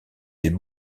des